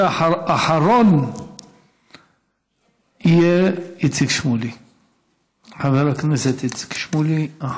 אחרון יהיה חבר הכנסת איציק שמולי.